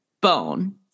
bone